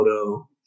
photo